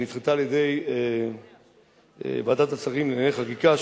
והיא נדחתה על-ידי ועדת השרים לענייני חקיקה.